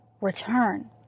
return